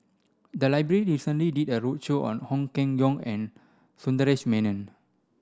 the library recently did a roadshow on Ong Keng Yong and Sundaresh Menon